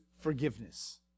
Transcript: forgiveness